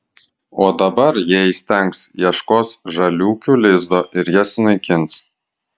o dabar jei įstengs ieškos žaliūkių lizdo ir jas sunaikins